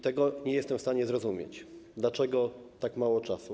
Tego nie jestem w stanie zrozumieć, dlaczego tak mało czasu.